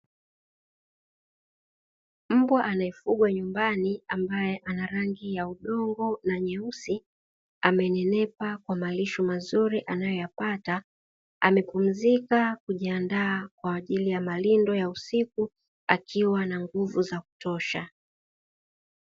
Mbwa anayefugwa nyumbani ambaye ana rangi ya udongo na nyeusi, amenenepa kwa malisho mazuri anayoyapata amepumzika kujiandaa kwa ajili ya malindo ya usiku akiwa na nguvu za kutosha.